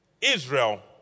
Israel